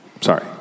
Sorry